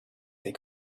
they